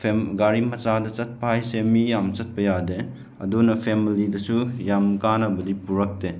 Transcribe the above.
ꯒꯥꯔꯤ ꯃꯆꯥꯗ ꯆꯠꯄ ꯍꯥꯏꯁꯦ ꯃꯤ ꯌꯥꯝ ꯆꯠꯄ ꯌꯥꯗꯦ ꯑꯗꯨꯅ ꯐꯦꯃꯂꯤꯗꯁꯨ ꯌꯥꯝ ꯀꯥꯟꯅꯕꯗꯤ ꯄꯨꯔꯛꯇꯦ